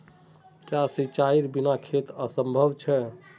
क्याँ सिंचाईर बिना खेत असंभव छै?